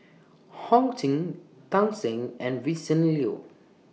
Ho Ching Tan Shen and Vincent Leow